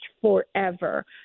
forever